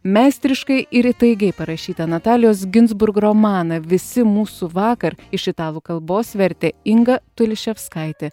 meistriškai ir įtaigiai parašytą natalijos ginzburg romaną visi mūsų vakar iš italų kalbos vertė inga tuliševskaitė